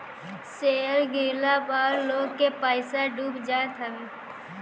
share गिरला पअ लोग के पईसा डूब जात हवे